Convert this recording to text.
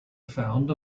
found